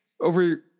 over